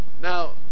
Now